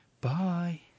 Bye